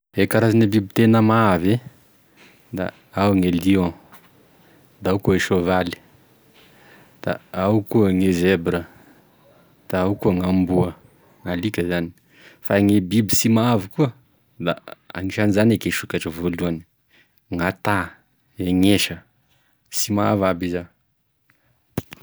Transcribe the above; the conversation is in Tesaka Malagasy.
E karazan'e biby tena mahavy e da ao gne lion, da ao koa soavaly, da ao koa gne zebra, da ao koa gn'amboa gn'alika zany fa gne biby tsy mahavy koa da agnisan'izany eky sokatry voalohany, gn'ata, gn'esa tsy mahavy aby izany.